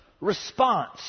response